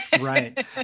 Right